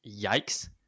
Yikes